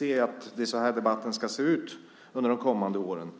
vid att det är så här debatten ska se ut under de kommande åren.